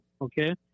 Okay